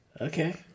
Okay